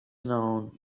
known